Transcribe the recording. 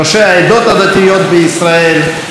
ראשי העדות הדתיות בישראל,